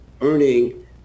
earning